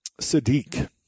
Sadiq